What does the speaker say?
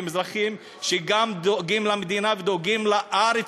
אזרחים שגם דואגים למדינה וגם דואגים לארץ,